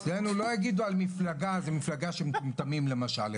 אצלינו לא יגידו על מפלגה "זה מפלגה של מטומטמים" למשל,